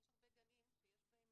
יש גנים שיש בהם